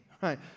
Right